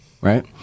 right